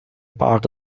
park